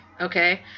okay